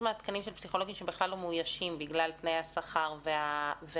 מהתקנים של פסיכולוגים שבכלל לא מאוישים בגלל תנאי השכר והעבודה,